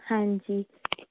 ਹਾਂਜੀ